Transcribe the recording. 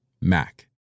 Mac